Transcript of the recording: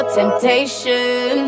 temptation